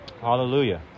Hallelujah